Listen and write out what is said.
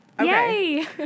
Yay